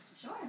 Sure